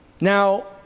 Now